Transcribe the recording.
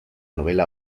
novela